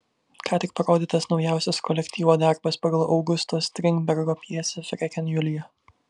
ką tik parodytas naujausias kolektyvo darbas pagal augusto strindbergo pjesę freken julija